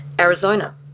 Arizona